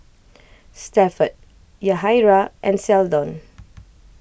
Stafford Yahaira and Seldon